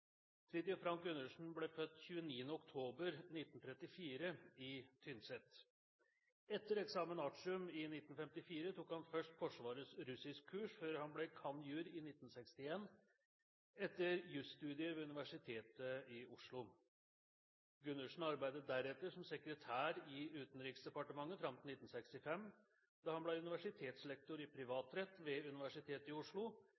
gammel. Fridtjof Frank Gundersen ble født 29. oktober 1934 på Tynset. Etter examen artium i 1954 tok han først Forsvarets russiskkurs før han ble cand.jur. i 1961, etter jusstudier ved Universitetet i Oslo. Gundersen arbeidet deretter som sekretær i Utenriksdepartementet fram til 1965, da han ble universitetslektor i privatrett ved Universitetet i Oslo